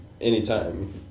anytime